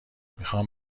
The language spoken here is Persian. میخوام